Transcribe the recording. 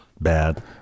bad